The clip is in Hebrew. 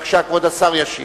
בבקשה, כבוד השר ישיב.